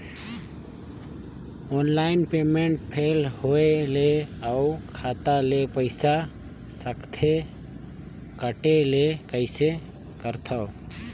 Online payment fail होय ले अउ खाता ले पईसा सकथे कटे ले कइसे करथव?